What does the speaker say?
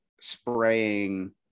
spraying